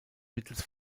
mittels